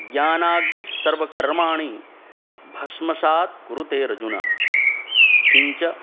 ज्ञानाग्निस्सर्वकर्माणि भस्मसात् कुरुतेर्जुन किञ्च